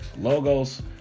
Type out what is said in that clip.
logos